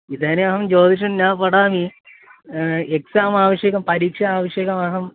इदानीम् अहं ज्योतिषं न पठामि एक्साम् आवश्यकं परीक्षा आवश्यकम् अहं